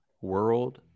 world